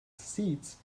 seats